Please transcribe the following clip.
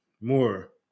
more